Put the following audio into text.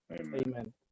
amen